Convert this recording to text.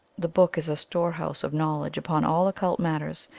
the book is a storehouse of knowledge upon all occult matters,